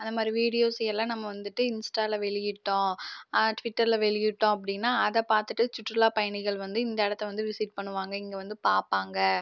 அந்த மாதிரி வீடியோஸ் எல்லாம் நம்ம வந்துட்டு இன்ஸ்ட்டால வெளியிட்டோம் ட்விட்டர்ல வெளியிட்டோம் அப்படின்னா அதை பார்த்துட்டு சுற்றுலாப் பயணிகள் வந்து இந்த இடத்த வந்து விசிட் பண்ணுவாங்கள் இங்கே வந்து பார்ப்பாங்க